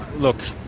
look,